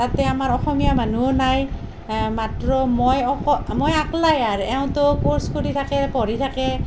তাতে আমাৰ অসমীয়া মানুহো নাই মাত্ৰ মই অক মই আকলায়ে আৰু এওঁতো ক'ৰ্ছ কৰি থাকে পঢ়ি থাকে